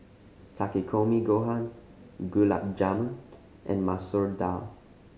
Takikomi Gohan Gulab Jamun and Masoor Dal